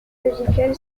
musicale